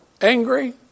angry